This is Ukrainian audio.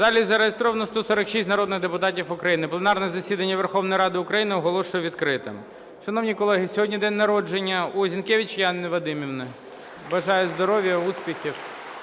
В залі зареєстровано 146 народних депутатів України. Пленарне засідання Верховної Ради України оголошую відкритим. Шановні колеги, сьогодні день народження у Зінкевич Яни Вадимівни. Бажаю здоров'я, успіхів,